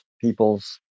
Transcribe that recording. people's